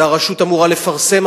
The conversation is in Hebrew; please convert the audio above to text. והרשות אמורה לפרסם,